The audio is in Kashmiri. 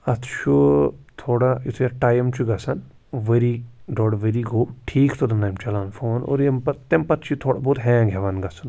اَتھ چھُ تھوڑا یُتھے اَتھ ٹایم چھُ گَژھان ؤری ڈۄڈ ؤری گو ٹھیٖکھ تۄتَن تام چَلان فون اور ییٚمہِ پَتہٕ تمہِ پَتہٕ چھُ یہِ تھوڑا بہت ہینٛگ ہیٚوان گَژُھن